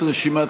שמח,